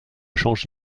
change